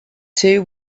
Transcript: two